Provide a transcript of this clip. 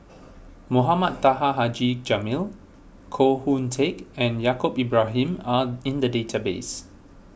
Mohamed Taha Haji Jamil Koh Hoon Teck and Yaacob Ibrahim are in the database